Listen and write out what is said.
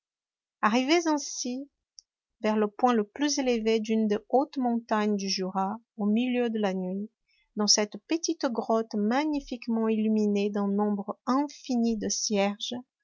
arrivés ainsi vers le point le plus élevé d'une des hautes montagnes du jura au milieu de la nuit dans cette petite grotte magnifiquement illuminée d'un nombre infini de cierges